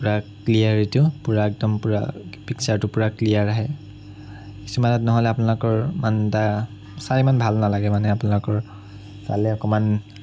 পুৰা ক্লিয়াৰ এইটো পুৰা একদম পুৰা পিক্সাৰটো পুৰা ক্লিয়াৰ আহে কিছুমানত নহ'লে আপোনালোকৰ ইমান এটা চাই ইমান ভাল নালাগে মানে আপোনালোকৰ চালে অকণমান